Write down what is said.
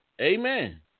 Amen